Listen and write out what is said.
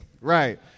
right